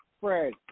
Fred